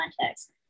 context